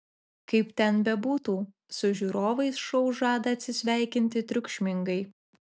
kaip ten bebūtų su žiūrovais šou žada atsisveikinti triukšmingai